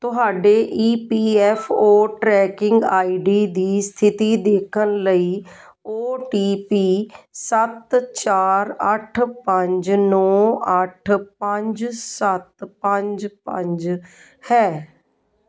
ਤੁਹਾਡੇ E P F O tracking I D ਦੀ ਸਥਿਤੀ ਦੇਖਣ ਲਈ ਓ ਟੀ ਪੀ ਸੱਤ ਚਾਰ ਅੱਠ ਪੰਜ ਨੌ ਅੱਠ ਪੰਜ ਸੱਤ ਪੰਜ ਪੰਜ ਹੈ